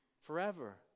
forever